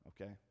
okay